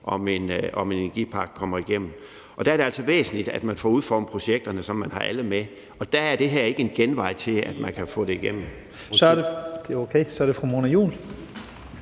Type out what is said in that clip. om en energipark kommer igennem, og der er det altså væsentligt, at man får udformet projekterne, så man har alle med. Og der er det her ikke en genvej til, at man kan få det igennem. Kl. 12:16 Første